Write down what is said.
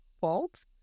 fault